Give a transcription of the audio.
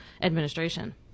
administration